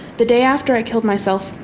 the day after i killed myself,